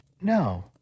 No